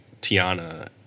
Tiana